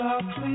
Please